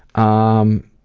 on